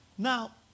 Now